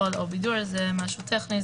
מחול או בידור,״ זה משהו טכני,